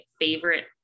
favorite